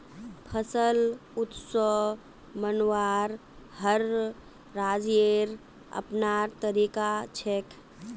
फसल उत्सव मनव्वार हर राज्येर अपनार तरीका छेक